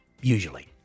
usually